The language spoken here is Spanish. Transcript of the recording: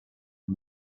los